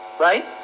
right